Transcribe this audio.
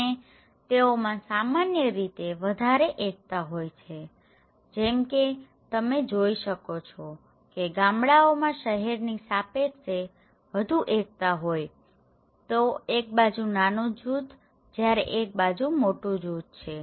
અને તેઓમાં સામાન્ય રીતે વધારે એકતા હોય છેજેમકે તમે જોઈ શકો કે ગામડાઓમાં શહેરની સાપેક્ષે વધુ એકતા હોય છેતો એક બાજુ નાનું જૂથ જયારે એક બાજુ મોટું જૂથ છે